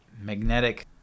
magnetic